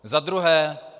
Za druhé.